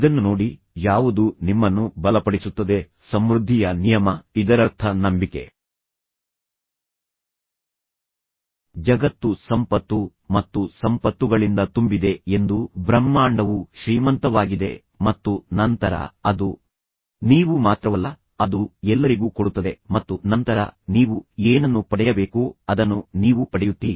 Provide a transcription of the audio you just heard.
ಈಗ ನೀವು ಅವರನ್ನು ಅಲ್ಲಿಗೆ ಕರೆದೊಯ್ದಾಗ ನೀವು ಅವರ ಕೋಪವನ್ನು ಶಮನಗೊಳಿಸಬೇಕು ಅಥವಾ ಪರಸ್ಪರ ಮಾತನಾಡಲು ಪ್ರಾರಂಭಿಸಿದಾಗ ಕಡಿಮೆ ಮಾಡಬೇಕು ಕೆಲವೊಮ್ಮೆ ಪರಸ್ಪರ ದೂಷಿಸುವ ಸಾಧ್ಯತೆಯಿದೆ ಮತ್ತು ಅವರ ಕೋಪವ ಸ್ಫೋಟಗೊಳ್ಳುವ ಸಾಧ್ಯತೆಯಿರುತ್ತದೆ